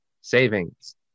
savings